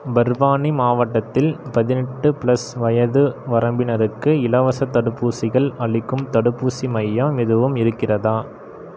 பர்வானி மாவட்டத்தில் பதினெட்டு ப்ளஸ் வயது வரம்பினருக்கு இலவசத் தடுப்பூசிகள் அளிக்கும் தடுப்பூசி மையம் எதுவும் இருக்கிறதா